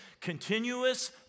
continuous